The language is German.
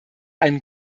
einen